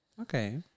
Okay